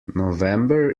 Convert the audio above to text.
november